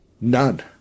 None